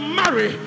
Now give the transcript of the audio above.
marry